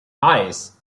paris